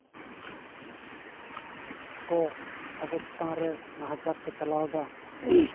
ᱠᱚ ᱟᱵᱚ ᱪᱮᱛᱟᱱ ᱨᱮ ᱱᱟᱦᱟᱪᱟᱨ ᱠᱚ ᱪᱟᱞᱟᱣᱮᱫᱟ